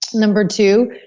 number two,